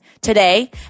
today